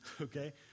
Okay